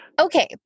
okay